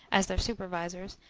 as their supervisors,